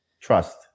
trust